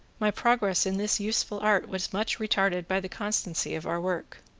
my progress in this useful art was much retarded by the constancy of our work.